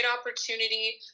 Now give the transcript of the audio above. opportunity